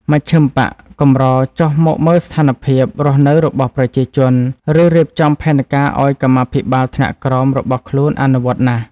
មជ្ឈិមបក្សកម្រចុះមកមើលស្ថានភាព រស់នៅរបស់ប្រជាជន ឬរៀបចំផែនការឱ្យកម្មាភិបាលថ្នាក់ក្រោមរបស់ខ្លួនអនុវត្តណាស់។